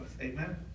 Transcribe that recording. Amen